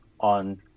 on